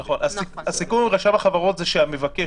הסיכום עם רשם החברות היא שהמבקש,